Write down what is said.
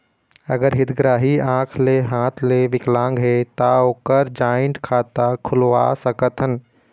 अगर हितग्राही आंख ले हाथ ले विकलांग हे ता ओकर जॉइंट खाता खुलवा सकथन?